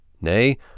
nay